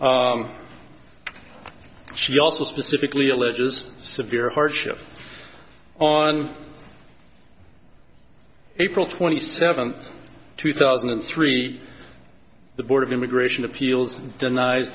she also specifically alleges severe hardship on april twenty seventh two thousand and three the board of immigration appeals denies